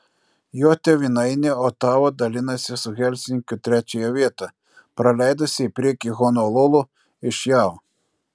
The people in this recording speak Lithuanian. jo tėvynainė otava dalinasi su helsinkiu trečiąją vietą praleidusi į priekį honolulu iš jav